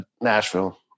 Nashville